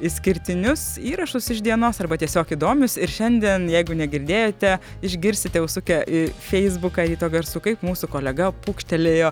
išskirtinius įrašus iš dienos arba tiesiog įdomius ir šiandien jeigu negirdėjote išgirsite užsukę į feisbuką ryto garsų kaip mūsų kolega pūkštelėjo